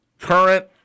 current